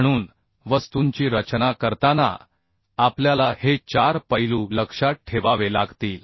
म्हणून वस्तूंची रचना करताना आपल्याला हे चार पैलू लक्षात ठेवावे लागतील